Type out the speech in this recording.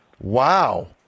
Wow